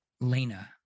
Lena